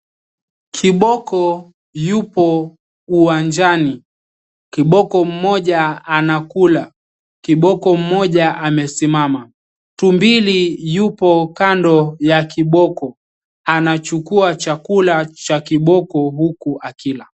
Kiboko yupo uwanjani. Kiboko mmoja anakula. Kiboko mmoja amesimama. Tumbili yupo kando ya kiboko. Anachukua chakula cha kiboko huku akila.